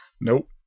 nope